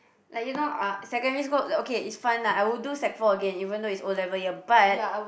like you know uh secondary school okay it's fun lah I will do sec four again even though it's O-level year but